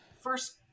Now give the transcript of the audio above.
first